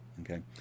Okay